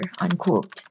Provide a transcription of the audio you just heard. unquote